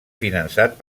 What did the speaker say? finançat